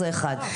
זה אחת.